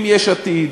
עם יש עתיד,